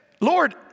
Lord